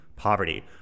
poverty